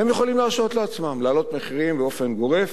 והם יכולים להרשות לעצמם להעלות מחירים באופן גורף,